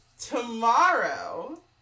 Tomorrow